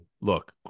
look